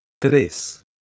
Tres